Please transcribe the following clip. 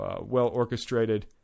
well-orchestrated